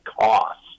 cost